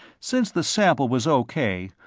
since the sample was o k,